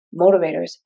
motivators